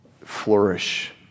flourish